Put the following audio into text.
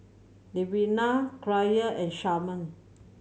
Levina Kyra and Sharman